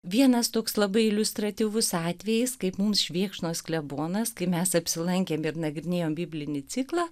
vienas toks labai iliustratyvus atvejis kaip mums švėkšnos klebonas kai mes apsilankėm ir nagrinėjom biblinį ciklą